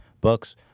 books